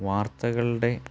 വാർത്തകളുടെ